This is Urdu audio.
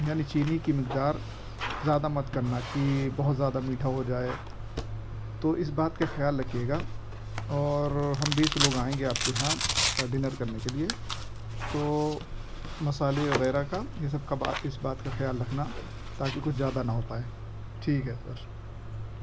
یعنی چینی کی مقدار زیادہ مت کرنا کہ بہت زیادہ میٹھا ہو جائے تو اس بات کا خیال رکھیے گا اور ہم بیس لوگ آئیں گے آپ کے یہاں ڈنر کرنے کے لیے تو مسالے وغیرہ کا یہ سب کا بات اس بات کا خیال رکھنا تاکہ کچھ زیادہ نہ ہو پائے ٹھیک ہے سر